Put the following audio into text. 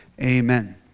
Amen